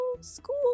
School